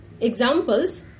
Examples